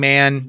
Man